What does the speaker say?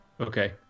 okay